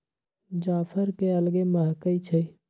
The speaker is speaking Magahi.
जाफर के अलगे महकइ छइ